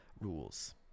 rules